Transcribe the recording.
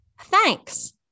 Thanks